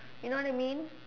you know what I mean